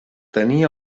tenia